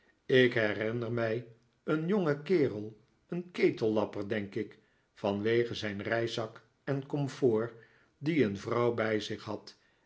ik herinner mij een jongen kerel een ketellapper denk ik vanwege zijn reiszak en komfoor die een vrouw bij zich had